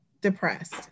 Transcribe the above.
depressed